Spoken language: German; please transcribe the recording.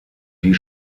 die